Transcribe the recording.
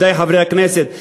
ידידי חברי הכנסת,